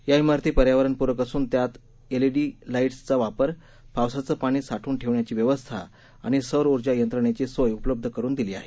या िरती पर्यावरणपूरक असून त्यात एल ईडी लाईटसचा वापर पावसाचं पाणी साठवून ठेवण्याची व्यवस्था आणि सौर ऊर्जा यंत्रणेची सोय उपलब्ध करून दिली आहे